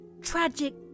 tragic